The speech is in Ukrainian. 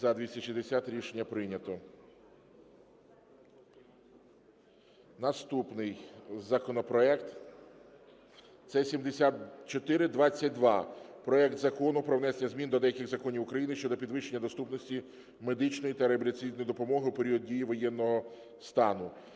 За-260 Рішення прийнято. Наступний законопроект – це 7422. Проект Закону про внесення змін до деяких законів України щодо підвищення доступності медичної та реабілітаційної допомоги у період дії воєнного стану.